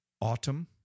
autumn